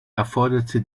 erforderte